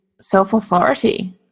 self-authority